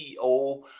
CEO